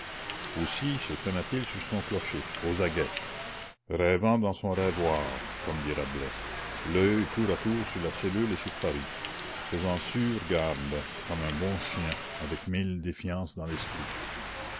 aussi se tenait-il sur son clocher aux aguets rêvant dans son rêvoir comme dit rabelais l'oeil tour à tour sur la cellule et sur paris faisant sûre garde comme un bon chien avec mille défiances dans l'esprit